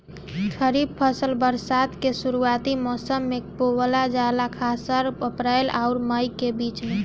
खरीफ फसल बरसात के शुरूआती मौसम में बोवल जाला खासकर अप्रैल आउर मई के बीच में